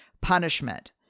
punishment